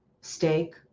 Steak